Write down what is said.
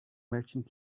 merchant